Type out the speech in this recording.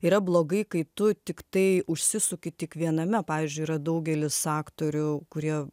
yra blogai kai tu tiktai užsisuki tik viename pavyzdžiui yra daugelis aktorių kurie